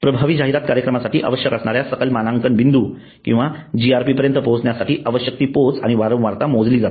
प्रभावी जाहिरात कार्यक्रमासाठी आवश्यक असणाऱ्या सकल मानांकन बिंदू किंवा GRP पर्यंत पोहोचण्यासाठी आवश्यक ती पोच आणि वारंवारता मोजली जाते